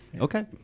Okay